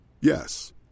Yes